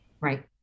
right